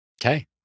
Okay